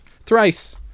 thrice